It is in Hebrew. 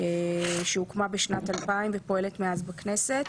שהוקמה בשנת 2000 ופועלת מאז בכנסת,